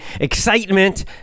excitement